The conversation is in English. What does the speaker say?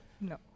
No